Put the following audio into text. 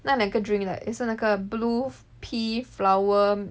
那两个 drink like 也是那个 blue pea flower